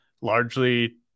largely